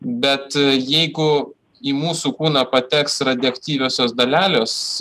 bet jeigu į mūsų kūną pateks radioaktyviosios dalelės